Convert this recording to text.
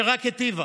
שרק היטיבה.